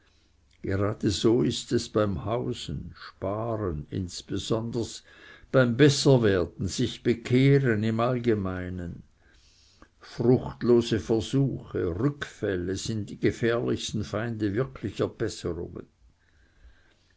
gerade so ist es beim hausen insbesonders beim besserwerden sich bekehren im allgemeinen fruchtlose versuche rückfälle sind die gefährlichsten feinde wirklicher besserungen